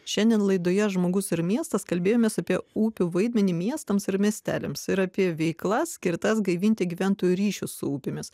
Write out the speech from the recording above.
šiandien laidoje žmogus ir miestas kalbėjomės apie upių vaidmenį miestams ir miesteliams ir apie veiklas skirtas gaivinti gyventojų ryšius su upėmis